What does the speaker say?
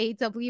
AW